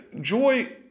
Joy